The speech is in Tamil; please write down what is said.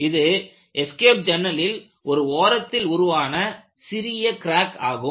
இது எஸ்கேப் ஜன்னலில் ஒரு ஓரத்தில் உருவான சிறிய கிராக் ஆகும்